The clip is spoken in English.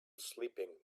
sleeping